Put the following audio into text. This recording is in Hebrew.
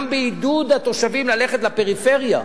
גם בעידוד התושבים ללכת לפריפריה,